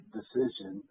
decision